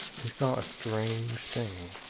we saw a strange thing.